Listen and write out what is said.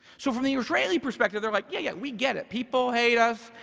so from the israeli perspective, they're like, yeah, yeah, we get it. people hate us.